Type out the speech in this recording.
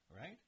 right